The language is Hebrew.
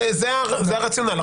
זה הרציונל.